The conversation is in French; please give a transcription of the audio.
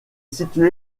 situé